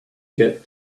get